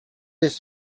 this